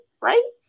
right